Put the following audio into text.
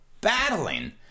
battling